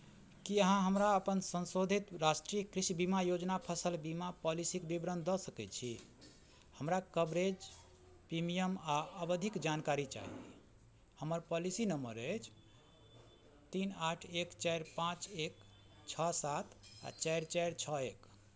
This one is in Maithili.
की अहाँ हमरा अपन संशोधित राष्ट्रीय कृषि बीमा योजना फसल बीमा पॉलिसीक विवरण दऽ सकय छी हमरा कवरेज प्रीमियम आओर अवधिक जानकारी चाही हमर पॉलिसी नम्बर अछि तीन आठ एक चारि पाँच एक छओ सात आओर चारि चारि छओ एक